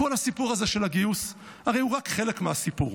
כל הסיפור הזה של הגיוס הוא הרי רק חלק מהסיפור.